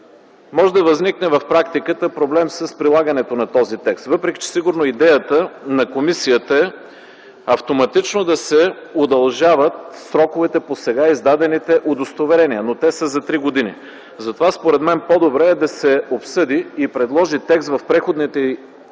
може да възникне проблем с прилагането на този текст, въпреки че сигурно идеята на комисията е автоматично да се удължават сроковете по сега издадените удостоверения, но те са за три години. Затова според мен по-добре е да се обсъди и предложи текст в Преходните и